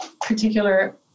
particular